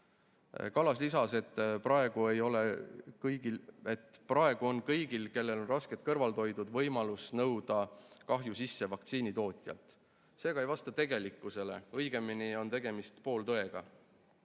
"Kallas lisas, et ka praegu on kõigil, kellel on rasked kõrvaltoimed, võimalus nõuda kahjud sisse vaktsiini tootjalt." See aga ei vasta tegelikkusele. Õigemini on tegemist pooltõega.